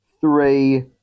three